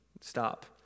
stop